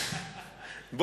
טוב.